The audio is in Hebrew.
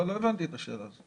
לא הבנתי את השאלה הזאת.